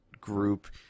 group